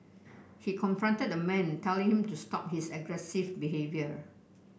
he confronted the man telling him to stop his aggressive behaviour